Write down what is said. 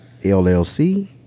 LLC